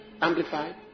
Amplified